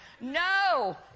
No